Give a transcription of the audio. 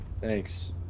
Thanks